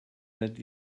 that